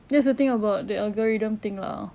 that's the thing about the algorithm thing lah